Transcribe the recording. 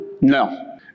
No